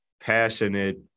passionate –